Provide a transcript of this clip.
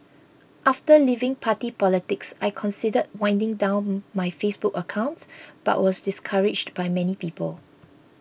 after leaving party politics I considered winding down my Facebook accounts but was discouraged by many people